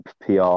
PR